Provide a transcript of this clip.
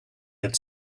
had